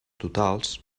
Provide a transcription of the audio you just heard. totals